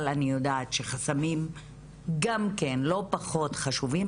אבל אני יודעת שחסמים גם כן לא פחות חשובים,